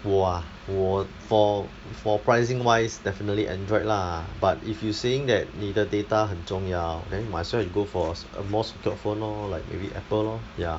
我 ah 我 for for pricing wise definitely Android lah but if you saying that 你的 data 很重要 then might as well you go for a se~ a more secured phone lor like maybe Apple lor ya